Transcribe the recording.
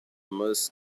most